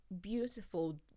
beautiful